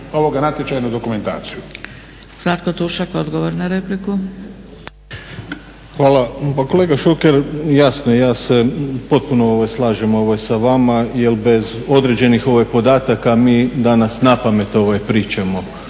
na natječajnu dokumentaciju.